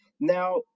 Now